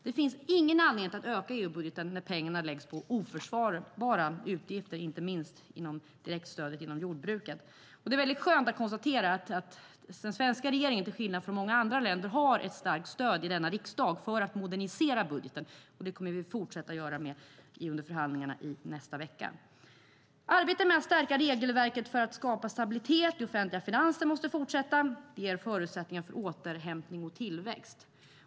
Det finns ingen anledning att öka EU-budgeten när pengarna läggs på oförsvarbara utgifter, inte minst inom direktstödet till jordbruket. Det är väldigt skönt att konstatera att den svenska regeringen, till skillnad från många andra länders regeringar, har ett starkt stöd i denna riksdag för att modernisera budgeten. Det kommer vi fortsätta att driva under förhandlingarna i nästa vecka. Arbetet med att stärka regelverket för att skapa stabilitet i offentliga finanser måste fortsätta. Det ger förutsättningar för återhämtning och tillväxt.